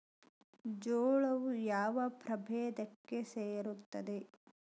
ಜೋಳವು ಯಾವ ಪ್ರಭೇದಕ್ಕೆ ಸೇರುತ್ತದೆ?